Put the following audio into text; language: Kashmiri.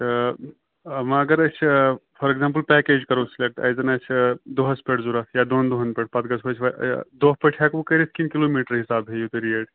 تہٕ وٕ اَگر أسۍ فار اٮ۪گزامپُل پٮ۪کیج کَرَو سِلیٚکٹ اَسہِ زَن آسہِ دۄہَس پٮ۪ٹھ ضوٚرَتھ یا دۄن دۄہَن پٮ۪ٹھ پتہٕ گژھَو أسۍ یہِ دۄہ پٲٹھۍ ہٮ۪کہٕ وٕ کٔرِتھ کِنہٕ کِلوٗمیٖٹَر حِساب ہٮ۪یُو تُہۍ ریٹ